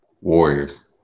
Warriors